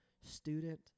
student